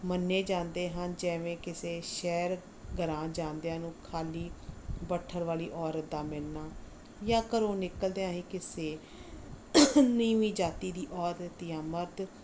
ਮੰਨੇ ਜਾਂਦੇ ਹਨ ਜਿਵੇਂ ਕਿਸੇ ਸ਼ਹਿਰ ਗਰਾਂ ਜਾਂਦਿਆਂ ਨੂੰ ਖਾਲੀ ਬੱਠਲ ਵਾਲੀ ਔਰਤ ਦਾ ਮਿਲਣਾ ਜਾਂ ਘਰੋਂ ਨਿਕਲਦਿਆਂ ਹੀ ਕਿਸੇ ਨੀਵੀਂ ਜਾਤੀ ਦੀ ਔਰਤ ਜਾਂ ਮਰਦ